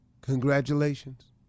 Congratulations